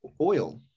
oil